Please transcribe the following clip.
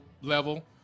level